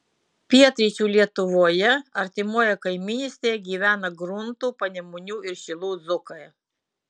pietryčių lietuvoje artimoje kaimynystėje gyvena gruntų panemunių ir šilų dzūkai